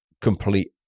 complete